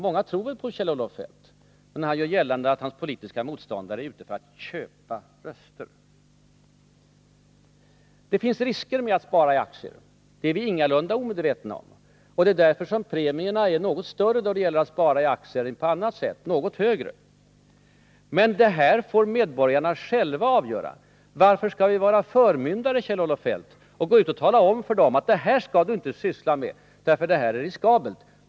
Många tror kanske på Kjell-Olof Feldt när han gör gällande att hans politiska motståndare är ute efter att köpa röster. Det finns risker med att spara i aktier. Det är vi ingalunda omedvetna om. Det är därför premierna är något högre när man sparar i aktier än när man sparar på annat sätt. Men medborgarna får själva avgöra vilka risker de vill ta. Varför skall vi vara förmyndare, Kjell-Olof Feldt, och gå ut och säga: Det här skall du inte syssla med, för det är riskabelt.